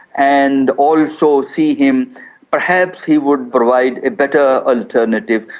and also see him perhaps he would provide a better alternative.